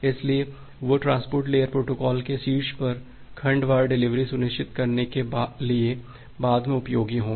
इसलिए वह transport layer protocol के शीर्ष पर खंड वार डिलीवरी सुनिश्चित करने के लिए बाद मे उपयोगी होंगे